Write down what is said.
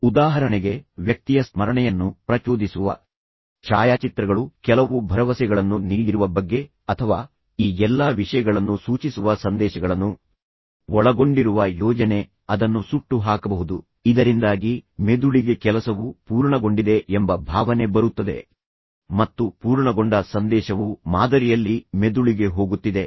ಉದಾಹರಣೆಗೆ ವ್ಯಕ್ತಿಯ ಸ್ಮರಣೆಯನ್ನು ಪ್ರಚೋದಿಸುವ ಛಾಯಾಚಿತ್ರಗಳು ಕೆಲವು ಭರವಸೆಗಳನ್ನು ನೀಡಿರುವ ಬಗ್ಗೆ ಅಥವಾ ಈ ಎಲ್ಲಾ ವಿಷಯಗಳನ್ನು ಸೂಚಿಸುವ ಸಂದೇಶಗಳನ್ನು ಒಳಗೊಂಡಿರುವ ಯೋಜನೆ ಅದನ್ನು ಸುಟ್ಟುಹಾಕಬಹುದು ಇದರಿಂದಾಗಿ ಮೆದುಳಿಗೆ ಕೆಲಸವು ಪೂರ್ಣಗೊಂಡಿದೆ ಎಂಬ ಭಾವನೆ ಬರುತ್ತದೆ ಮತ್ತು ಪೂರ್ಣಗೊಂಡ ಸಂದೇಶವು ಮಾದರಿಯಲ್ಲಿ ಮೆದುಳಿಗೆ ಹೋಗುತ್ತಿದೆ